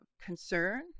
concern